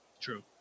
True